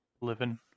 Living